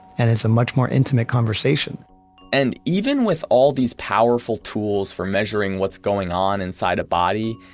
and it's a much more intimate conversation and even with all these powerful tools for measuring what's going on inside a body,